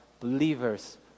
Believers